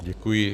Děkuji.